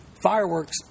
fireworks